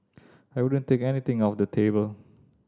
I wouldn't take anything off the table